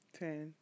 ten